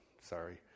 Sorry